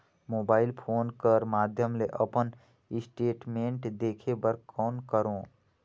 Mobile phone कर माध्यम ले अपन स्टेटमेंट देखे बर कौन करों?